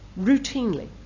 routinely